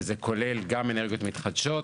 וזה כולל גם אנרגיות מתחדשות,